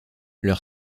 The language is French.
leur